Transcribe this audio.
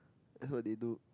that's what they do